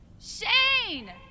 Shane